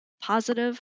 positive